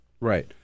Right